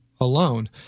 alone